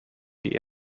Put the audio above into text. die